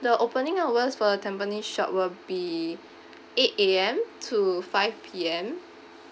the opening hours for the tampines shop will be eight A_M to five P_M